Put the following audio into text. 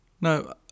No